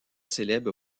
célèbre